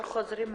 בבקשה,